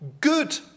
good